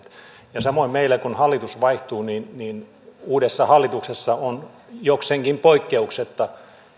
samoin kun meillä hallitus vaihtuu niin niin uudessa hallituksessa on jokseenkin poikkeuksetta